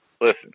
Listen